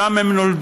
שם הם נולדו,